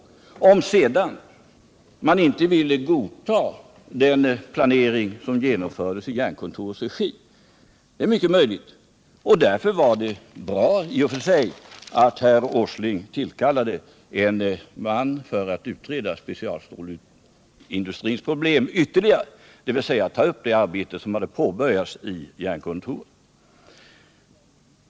Sedan är det möjligt att man inte ville godta den planering som hade genomförts i Jernkontorets regi, och därför var det i och för sig bra att herr Åsling tillkallade en man för att ytterligare utreda specialstålindustrins problem, dvs. ta upp det arbete som påbörjats i Jernkontoret.